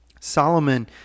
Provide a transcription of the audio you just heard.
Solomon